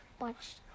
Watch